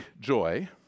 joy